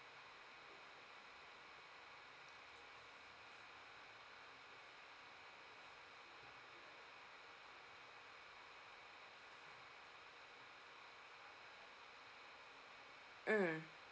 mm